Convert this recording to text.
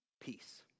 peace